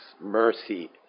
mercy